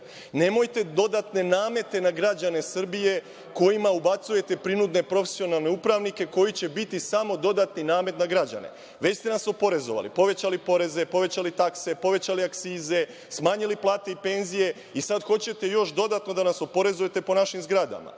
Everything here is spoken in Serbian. Nemojte dodatne namete na građane Srbije, kojima ubacujete prinudne profesionalne upravnike koji će biti samo dodatni namet na građane. Već ste nas oporezovali, povećali poreze, povećali takse, povećali akcize, smanjili plate i penzije, i sada hoćete još dodatno da nas oporezujete po našim zgradama,